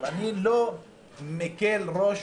אני לא מקל ראש